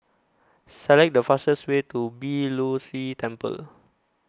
Select The fastest Way to Beeh Low See Temple